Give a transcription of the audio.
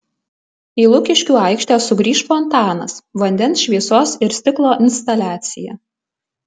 į lukiškių aikštę sugrįš fontanas vandens šviesos ir stiklo instaliacija